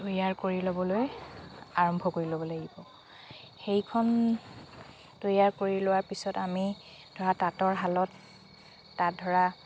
তৈয়াৰ কৰি ল'বলৈ আৰম্ভ কৰি ল'ব লাগিব সেইখন তৈয়াৰ কৰি লোৱাৰ পিছত আমি ধৰা তাঁতৰ শালত তাত ধৰা